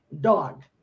dog